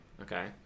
okay